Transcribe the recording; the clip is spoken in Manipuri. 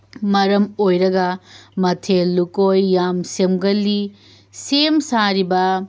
ꯃꯔꯝ ꯑꯣꯏꯔꯒ ꯃꯊꯦꯜ ꯂꯨꯛꯀꯣꯏ ꯌꯥꯝ ꯁꯦꯝꯒꯜꯂꯤ ꯁꯦꯝ ꯁꯥꯔꯤꯕ